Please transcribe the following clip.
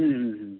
হুম হুম হুম